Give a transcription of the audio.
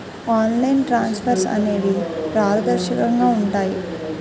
online transfers అనేవి పారదర్శకంగా ఉంటాయి